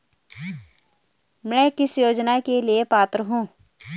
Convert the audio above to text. मैं किस योजना के लिए पात्र हूँ?